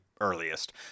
earliest